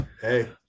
hey